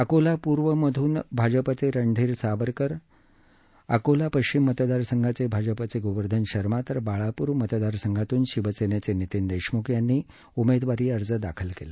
अकोला पूर्व मधून भाजपाचे रणधीर सावरकर अकोला पश्विम मतदारसंघाचे भाजपाचे गोवर्धन शर्मा तर बाळापूर मतदार संघातून शिवसेनेचे नितीन देशमुख यांनी आज उमेदवारी अर्ज दाखल केला